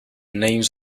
names